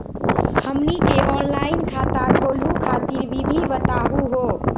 हमनी के ऑनलाइन खाता खोलहु खातिर विधि बताहु हो?